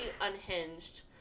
unhinged